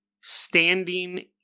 standing